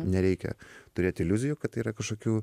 nereikia turėt iliuzijų kad tai yra kažkokių